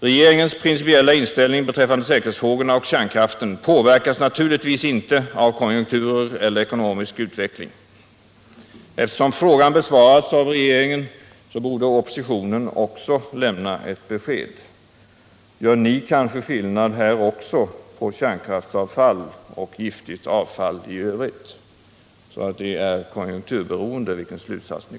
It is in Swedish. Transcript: Regeringens principiella inställning beträffande säkerhetsfrågorna och kärnkraften påverkas naturligtvis inte av konjunkturer eller ekonomisk utveckling. Eftersom frågan besvarats av regeringen, borde också oppositionen lämna ett besked. Gör ni kanske också skillnad på kärnkraftsavfall och giftigt avfall i övrigt, så att er slutsats blir beroende av konjunkturen?